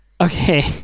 Okay